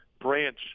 branch